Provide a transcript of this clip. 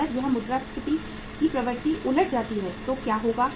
अगर यह मुद्रास्फीति की प्रवृत्ति उलट जाती है तो क्या होगा